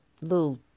little